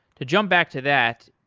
to jump back to that,